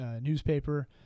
newspaper